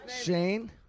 Shane